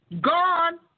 Gone